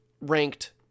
ranked